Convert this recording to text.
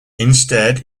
instead